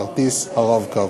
כרטיס ה"רב-קו".